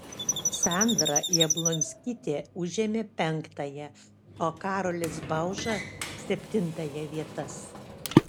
sandra jablonskytė užėmė penktąją o karolis bauža septintąją vietas